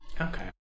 okay